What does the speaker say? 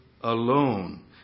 Alone